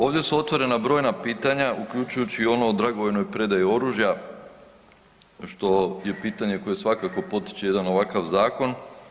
Ovdje su otvorena brojna pitanja uključujući i ono o dragovoljnoj predaji oružja, što je pitanje koje svakako potiče jedan ovakav zakon.